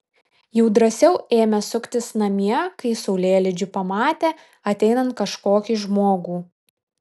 jau drąsiau ėmė suktis namie kai saulėlydžiu pamatė ateinant kažkokį žmogų